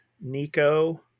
Nico